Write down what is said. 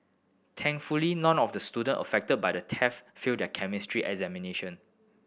thankfully none of the student affected by the theft failed their Chemistry examination